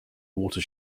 water